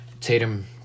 Tatum